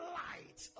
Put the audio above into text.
light